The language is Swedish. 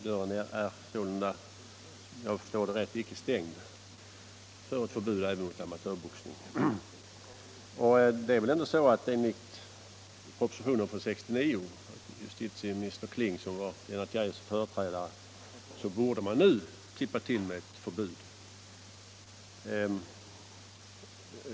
Dörren är sålunda, om jag förstår det rätt, icke stängd för ett förbud även mot amatörboxning. Det är väl ändå så att enligt propositionen från 1969 — framlagd av justitieminister Kling som var Lennart Geijers företrädare — borde man nu klippa till med ett förbud.